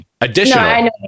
additional